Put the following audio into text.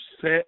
set